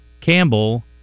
Campbell